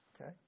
okay